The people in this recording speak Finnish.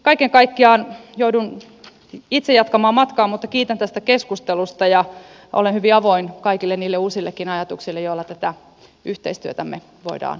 kaiken kaikkiaan joudun itse jatkamaan matkaa mutta kiitän tästä keskustelusta ja olen hyvin avoin kaikille niille uusillekin ajatuksille joilla tätä yhteistyötämme voidaan edistää